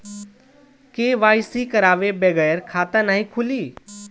KYC करवाये बगैर खाता नाही खुली?